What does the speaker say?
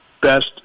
best